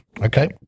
Okay